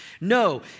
No